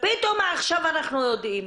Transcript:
פתאום עכשיו אנחנו יודעים,